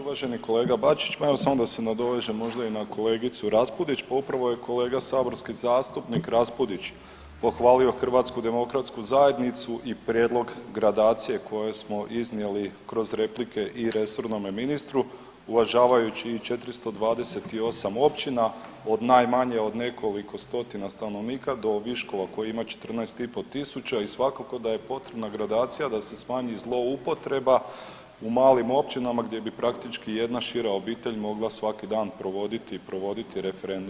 Uvaženi kolega Bačić ma evo samo da se nadovežem možda i kolegicu Raspudić, pa upravo je kolega saborski zastupnik Raspudić pohvalio HDZ i prijedlog gradacije koje smo iznijeli kroz replike i resornome ministru uvažavajući i 428 općina od najmanje od nekoliko stotina stanovnika do Viškova koji ima 14 i po tisuća i svakako da je potrebna gradacija da se smanji zloupotreba u malim općinama gdje bi praktički jedna šira obitelj mogla svaki dan provoditi i provoditi referendum.